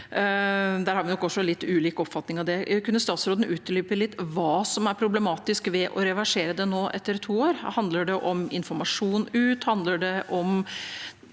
Det har vi nok også litt ulik oppfatning av. Kunne statsråden utdype litt hva som er problematisk ved å reversere det nå, etter to år? Handler det om informasjon ut,